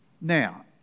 Now